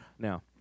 Now